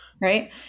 Right